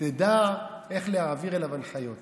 תדע איך להעביר אליו הנחיות.